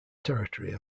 territory